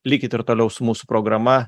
likit ir toliau su mūsų programa